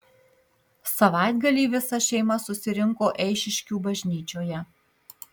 savaitgalį visa šeima susirinko eišiškių bažnyčioje